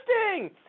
Interesting